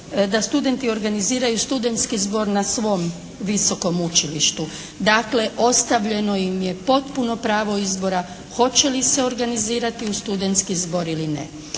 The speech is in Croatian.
da studenti organiziraju studentski zbor na svom visokom učilištu. Dakle, ostavljeno im je potpuno pravo izbora hoće li se organizirati u studentski zbor ili ne.